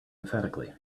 emphatically